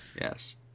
Yes